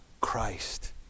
Christ